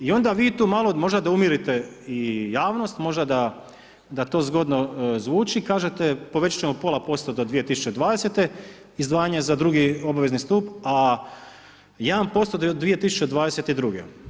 I onda vi tu malo možda da umirite i javnost, možda da to zgodno zvuči kažete povećati ćemo pola posto do 2020., izdvajanja za drugi obavezni stup a 1% do 2022.